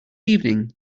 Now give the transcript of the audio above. evening